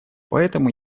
поэтому